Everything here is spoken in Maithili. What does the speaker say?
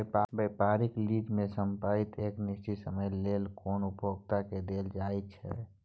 व्यापारिक लीज में संपइत एक निश्चित समय लेल कोनो उपभोक्ता के देल जाइ छइ